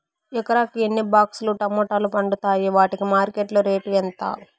ఎకరాకి ఎన్ని బాక్స్ లు టమోటాలు పండుతాయి వాటికి మార్కెట్లో రేటు ఎంత?